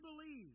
believe